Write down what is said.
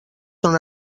són